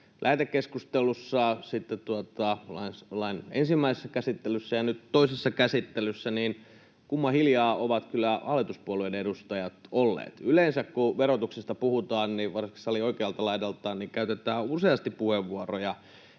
lähetekeskustelussa, sitten lain ensimmäisessä käsittelyssä ja nyt toisessa käsittelyssä, niin kumman hiljaa ovat kyllä hallituspuolueiden edustajat olleet. Yleensä kun verotuksesta puhutaan, varsinkin salin oikealta laidalta käytetään useasti puheenvuoroja,